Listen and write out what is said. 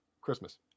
Christmas